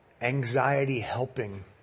anxiety-helping